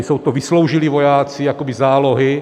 Jsou to vysloužilí vojáci, jakoby zálohy.